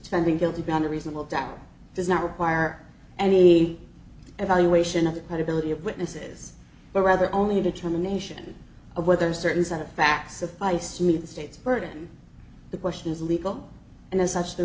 spending guilty beyond a reasonable doubt does not require any evaluation of the credibility of witnesses but rather only a determination of whether certain set of facts of ice meet the state's burden the question is legal and as such the